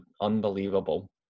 unbelievable